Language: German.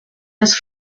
des